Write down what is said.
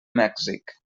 mèxic